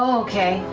okay.